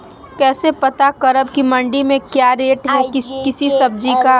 कैसे पता करब की मंडी में क्या रेट है किसी सब्जी का?